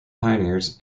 pioneers